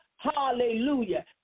Hallelujah